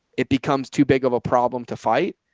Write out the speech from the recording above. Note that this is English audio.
it becomes too big of a problem to fight.